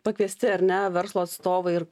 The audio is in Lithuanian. pakviesti ar ne verslo atstovai ir